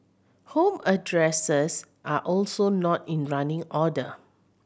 home addresses are also not in running order